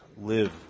live